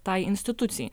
tai institucijai